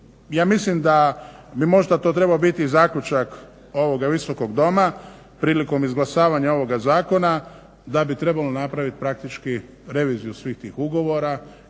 ja mislim da bi možda to trebao biti i zaključak ovog Visokog doma prilikom izglasavanja ovoga zakona, da bi trebalo napravit praktički reviziju svih tih ugovora